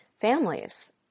families